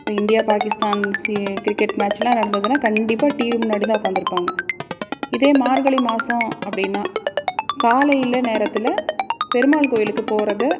இப்போ இந்தியா பாகிஸ்தான் சி கிரிக்கெட் மேட்ச்லாம் நடந்ததுன்னா கண்டிப்பாக டிவி முன்னாடிதான் உட்காந்துருப்பாங்க இதே மார்கழி மாதம் அப்படின்னா காலையில் நேரத்தில் பெருமாள் கோயிலுக்கு போகிறத